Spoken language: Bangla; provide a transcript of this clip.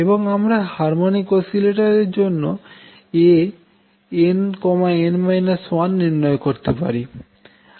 এবং আমরা হারমনিক আসলেটর এর জন্য Ann 1নির্ণয় করতে পারি